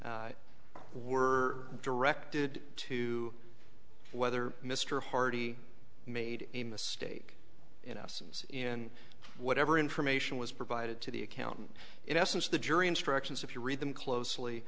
n were directed to whether mr hardie made a mistake in essence in whatever information was provided to the accountant in essence the jury instructions if you read them closely